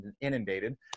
inundated